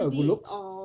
a good looks